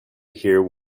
hear